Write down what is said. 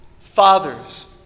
Fathers